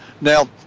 Now